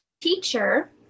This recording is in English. teacher